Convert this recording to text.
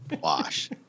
wash